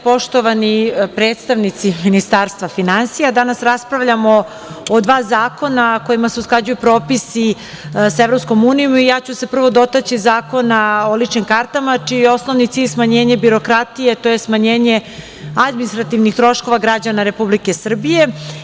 Poštovani predstavnici Ministarstva finansija, danas raspravljamo o dva zakona kojima se usklađuju propisi sa EU i ja ću se prvo dotaći Zakona o ličnim kartama, čiji je osnovni cilj smanjenje birokratije, tj. smanjenje administrativnih troškova građana Republike Srbije.